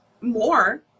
more